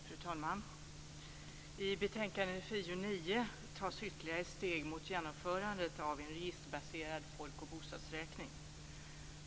Fru talman! I betänkandet FiU9 tas ytterligare steg mot genomförandet av en registerbaserad folk och bostadsräkning.